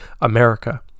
America